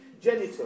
Genital